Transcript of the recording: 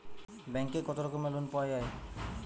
ব্যাঙ্কে কত রকমের লোন পাওয়া য়ায়?